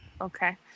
Okay